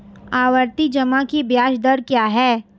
आवर्ती जमा की ब्याज दर क्या है?